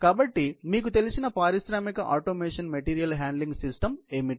కాబట్టి మీకు తెలిసిన పారిశ్రామిక ఆటోమేషన్ మెటీరియల్ హ్యాండ్లింగ్ సిస్టమ్ ఏమిటి